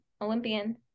Olympian